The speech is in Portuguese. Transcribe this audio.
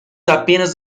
apenas